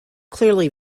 clearly